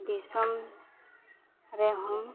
ᱫᱤᱥᱚᱢ ᱨᱮᱦᱚᱸ